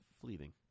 fleeting